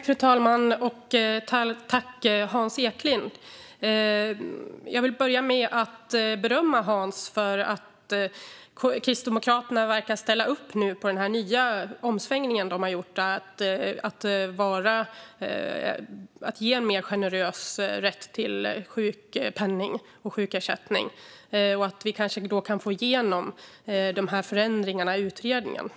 Fru talman! Jag vill börja med att berömma Hans Eklind för att Kristdemokraterna nu verkar ha gjort en omsvängning och ställer upp på att ge mer generös rätt till sjukpenning och sjukersättning. Kanske kan vi då få igenom förändringarna i utredningen.